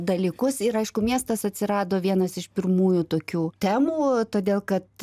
dalykus ir aišku miestas atsirado vienas iš pirmųjų tokių temų todėl kad